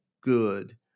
good